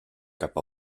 cap